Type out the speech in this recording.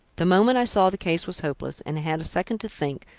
the moment i saw the case was hopeless, and had a second to think,